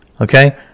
okay